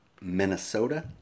Minnesota